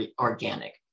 organic